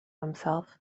himself